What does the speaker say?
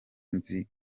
nzi